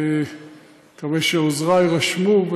מקווה שעוזרי רשמו,